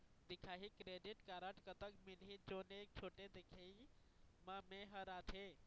दिखाही credit card कतक मिलही जोन एक छोटे दिखाही म मैं हर आथे?